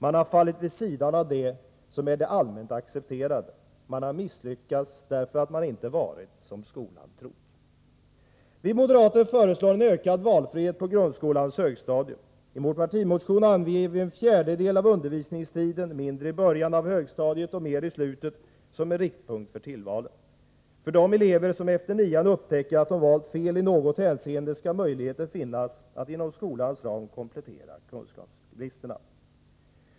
Man har fallit vid sidan av det som är det allmänt accepterade. Man har misslyckats därför att man inte varit som skolan trott. Vi moderater föreslår en ökad valfrihet på grundskolans högstadium. I vår partimotion anger vi en fjärdedel av undervisningstiden, mindre i början av högstadiet och mera ii slutet, som en riktpunkt för tillvalen. För de elever som efter nian upptäcker att de valt fel i något avseende skall möjlighet finnas att inom skolans ram komplettera kunskapsbristerna.